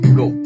go